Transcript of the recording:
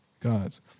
God's